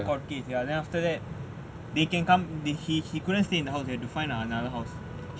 court case then after that they can come he he couldn't stay in house he have to find another house